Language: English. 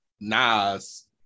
Nas